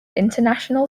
international